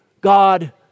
God